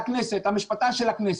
המשפטן של הכנסת,